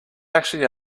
actually